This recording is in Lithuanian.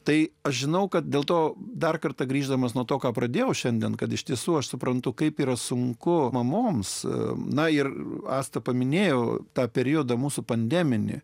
tai aš žinau kad dėl to dar kartą grįždamas nuo to ką pradėjau šiandien kad iš tiesų aš suprantu kaip yra sunku mamoms na ir asta paminėjo tą periodą mūsų pandeminė